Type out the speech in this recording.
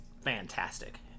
fantastic